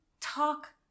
talk